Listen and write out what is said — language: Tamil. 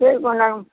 சரி